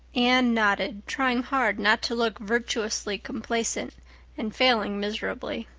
anne nodded, trying hard not to look virtuously complacent and failing miserably.